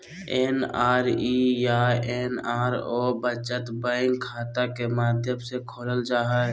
NRE या NRO बचत bank खाता के माध्यम से खोलल जा हइ